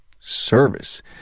service